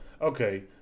Okay